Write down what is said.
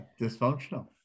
Dysfunctional